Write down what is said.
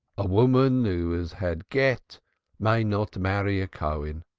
a woman who has had gett may not marry a cohen.